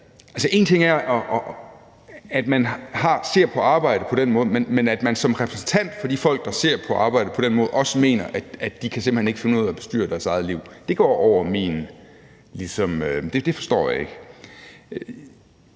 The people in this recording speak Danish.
én ting er, at man ser på arbejde på den måde, men at man som repræsentant for de folk, der ser på arbejde på den måde, også mener, at de simpelt hen ikke kan finde ud af at bestyre deres eget liv, går over min forstand; det forstår jeg ikke.